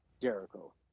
Jericho